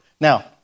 Now